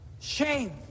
Shame